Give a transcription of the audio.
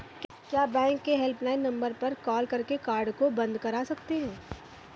क्या बैंक के helpline number पर कॉल करके कार्ड को बंद करा सकते हैं?